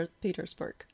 Petersburg